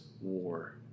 war